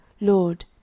Lord